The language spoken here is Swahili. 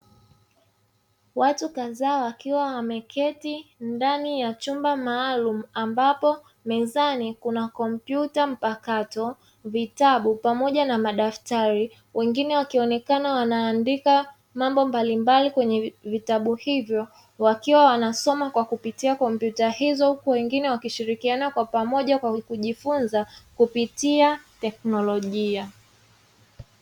Watu kadhaa wakiwa wameketi ndani ya chumba maalum ambapo mezani kuna kompyuta mpakato, vitabu, pamoja na madaftari. Wengine wakionekana wanaandika mambo mbalimbali kwenye vitabu hivyo wakiwa wanasoma kwa kupitia kompyuta hizo huku wengine wakishirikiana kwa pamoja kwa Kujifunza kupitia teknolojia.